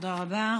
תודה רבה.